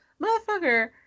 motherfucker